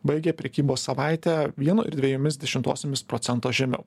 baigė prekybos savaitę vieno ir dvejomis dešimtosiomis procento žemiau